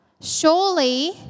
surely